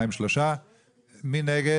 3. מי נגד